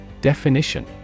Definition